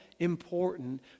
important